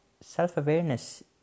Self-awareness